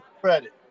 credit